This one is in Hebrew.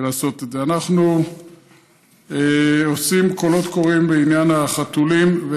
אנחנו עושים קולות קוראים בעניין החתולים.